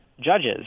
judges